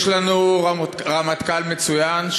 יש לנו רמטכ"ל מצוין,